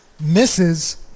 Misses